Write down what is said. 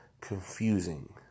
confusing